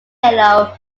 halo